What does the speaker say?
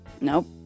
nope